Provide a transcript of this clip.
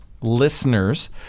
listeners